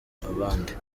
abandi